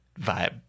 vibe